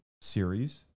series